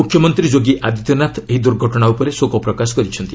ମୁଖ୍ୟମନ୍ତ୍ରୀ ଯୋଗୀ ଆଦିତ୍ୟନାଥ ଏହି ଦୁର୍ଘଟଣା ଉପରେ ଶୋକପ୍ରକାଶ କରିଛନ୍ତି